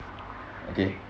okay